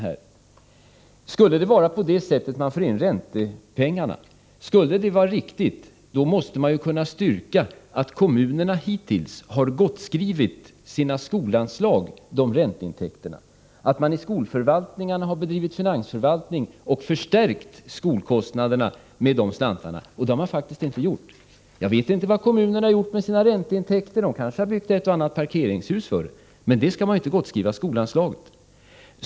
Om det skulle vara riktigt att det är på det sättet man får in räntepengarna, då måste man ju kunna styrka att kommunerna hittills har gottskrivit sina skolanslag de ränteintäkterna, att man i skolförvaltningarna har bedrivit finansförvaltning och förstärkt skolkostnaderna med de slantarna. Det har man faktiskt inte gjort. Jag vet inte vad kommunerna har gjort med sina ränteintäkter. De har kanske byggt ett och annat parkeringshus för dem, men det skall man inte gottskriva skolanslaget.